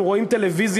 אנחנו רואים טלוויזיה.